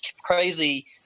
crazy